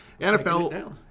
NFL